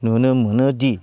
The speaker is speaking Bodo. नुनो मोनोदि